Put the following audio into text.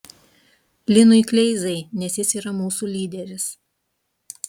linui kleizai nes jis yra mūsų lyderis